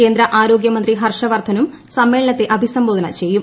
കേന്ദ്ര ആരോഗ്യമന്ത്രി ഹർഷവർദ്ധനും സമ്മേളനത്തെ അഭിസംബോധന ചെയ്യും